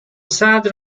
sad